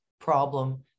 problem